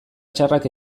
txarrak